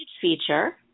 feature